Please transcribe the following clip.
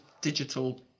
digital